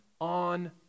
on